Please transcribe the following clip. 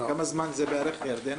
כמה זמן זה בערך, ירדנה?